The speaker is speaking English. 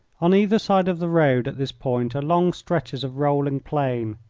on either side of the road at this point are long stretches of rolling plain,